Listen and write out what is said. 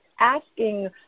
asking